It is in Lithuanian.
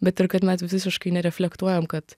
bet ir kad mes visiškai nereflektuojam kad